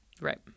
Right